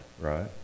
right